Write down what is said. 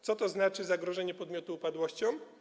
Co to znaczy: zagrożenie podmiotu upadłością?